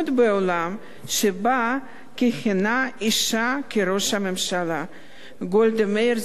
בעולם שבה כיהנה אשה כראש הממשלה גולדה מאיר,